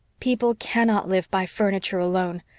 people cannot live by furniture alone.